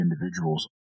individuals